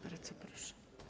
Bardzo proszę.